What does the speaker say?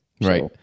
Right